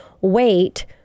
wait